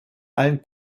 allen